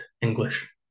english